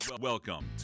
welcome